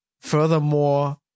furthermore